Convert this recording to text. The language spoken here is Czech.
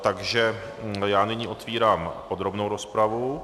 Takže já nyní otevírám podrobnou rozpravu.